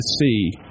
see